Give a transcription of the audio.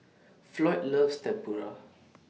Floyd loves Tempura